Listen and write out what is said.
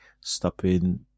stopping